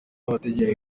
abategera